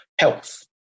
health